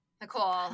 Nicole